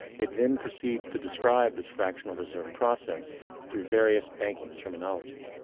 it then precedes to describe this fractional reserve process through various banking terminology.